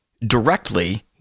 directly